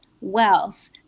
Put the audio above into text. wealth